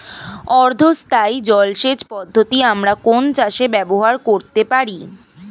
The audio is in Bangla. অর্ধ স্থায়ী জলসেচ পদ্ধতি আমরা কোন চাষে ব্যবহার করতে পারি?